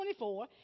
24